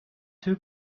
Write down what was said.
two